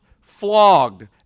flogged